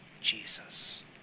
Jesus